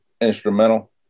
instrumental